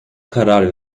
karar